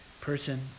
person